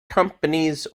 companies